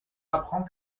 apprend